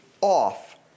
off